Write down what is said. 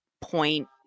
point